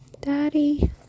daddy